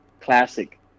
classic